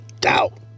doubt